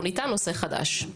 אנחנו נטען נושא חדש.